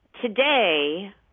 today